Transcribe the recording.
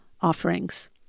offerings